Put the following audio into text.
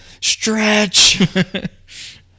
Stretch